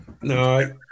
No